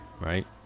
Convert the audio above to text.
right